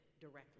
directly